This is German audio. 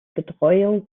betreuung